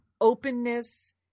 openness